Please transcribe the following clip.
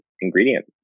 ingredient